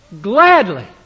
gladly